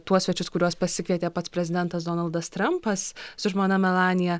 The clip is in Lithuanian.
tuos svečius kuriuos pasikvietė pats prezidentas donaldas trampas su žmona melanija